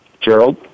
Gerald